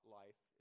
life